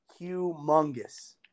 humongous